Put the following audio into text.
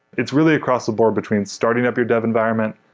it's really across-the-board between starting up your dev environment,